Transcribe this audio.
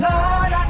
Lord